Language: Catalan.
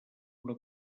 una